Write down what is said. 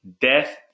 death